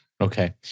Okay